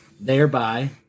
thereby